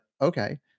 okay